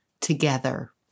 together